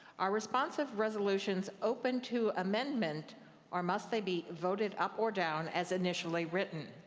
are responsive resolutions open to amendment or must they be voted up or down as initially written?